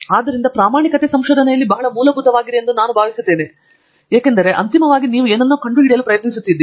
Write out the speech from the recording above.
ಆದ್ದರಿಂದ ಪ್ರಾಮಾಣಿಕತೆ ಸಂಶೋಧನೆಯಲ್ಲಿ ಬಹಳ ಮೂಲಭೂತವಾಗಿದೆ ಎಂದು ನಾನು ಭಾವಿಸುತ್ತೇನೆ ಏಕೆಂದರೆ ಅಂತಿಮವಾಗಿ ನೀವು ಏನಾದರೂ ಕಂಡುಹಿಡಿಯಲು ಪ್ರಯತ್ನಿಸುತ್ತಿದ್ದೀರಿ